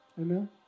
Amen